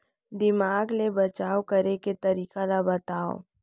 दीमक ले बचाव करे के तरीका ला बतावव?